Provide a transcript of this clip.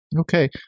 Okay